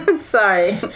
Sorry